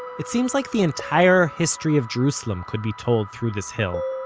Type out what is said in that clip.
it seems like the entire history of jerusalem could be told through this hill